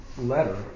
letter